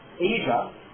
Asia